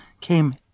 came